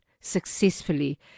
successfully